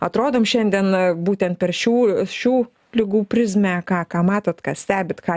atrodom šiandien būtent per šių šių ligų prizmę ką ką matot ką stebit ką